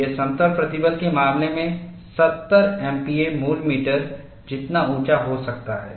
यह समतल प्रतिबल के मामले में 70 एमपीए मूल मीटर जितना ऊंचा हो सकता है